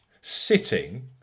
sitting